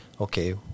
okay